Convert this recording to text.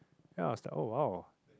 ya I was like oh !wow!